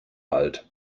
alt